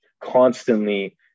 constantly